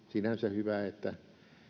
sinänsä hyvä että